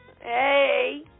Hey